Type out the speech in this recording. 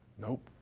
nope.